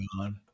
gone